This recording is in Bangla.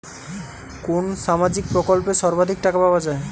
কোন সামাজিক প্রকল্পে সর্বাধিক টাকা পাওয়া য়ায়?